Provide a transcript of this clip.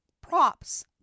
props